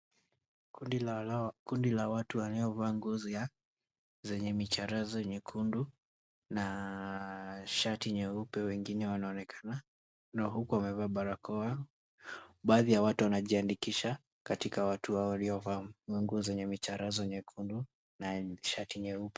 Kundi la watu waliovaa ngozi zenye micharazo nyekundu na shati nyeupe, wengine wanaonekana huku wamevaa barakoa, baadhi ya watu wanajiandikisha katika watu waliovaa manguo zenye micharazo mekundu na shati nyuepe.